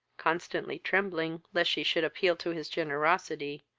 constantly trembling lest she should appeal to his generosity,